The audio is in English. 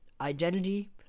identity